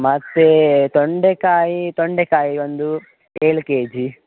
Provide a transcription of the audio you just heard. ಮತ್ತು ತೊಂಡೆಕಾಯಿ ತೊಂಡೆಕಾಯಿ ಒಂದು ಏಳು ಕೆಜಿ